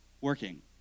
working